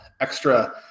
extra